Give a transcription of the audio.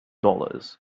dollars